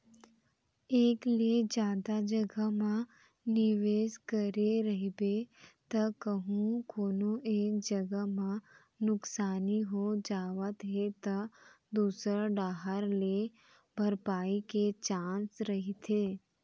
एक ले जादा जघा म निवेस करे रहिबे त कहूँ कोनो एक जगा म नुकसानी हो जावत हे त दूसर डाहर ले भरपाई के चांस रहिथे